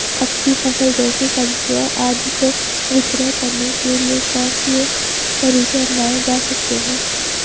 कच्ची फसल जैसे सब्जियाँ आदि को विक्रय करने के लिये कौन से तरीके अपनायें जा सकते हैं?